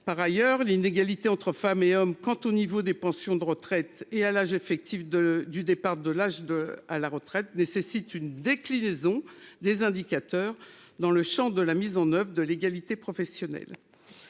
Par ailleurs, l'inégalité entre femmes et hommes quant au niveau des pensions de retraite et à l'âge effectif de du départ de l'âge de, à la retraite nécessite une déclinaison des indicateurs dans le Champ de la mise en oeuvre de l'égalité professionnelle.